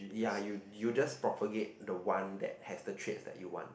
ya you you just propagate the one that has the traits that you want